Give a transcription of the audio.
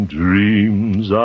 dreams